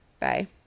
bye